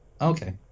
Okay